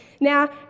Now